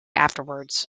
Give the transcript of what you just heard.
afterwards